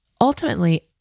ultimately